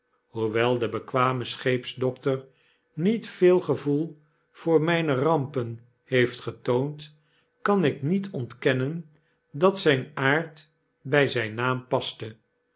hoewel de bekwame scheepsdokter niet veel gevoel voor myne rampen heeft getoond kan ik niet ontkennen dat zyn aard dij zyn naam paste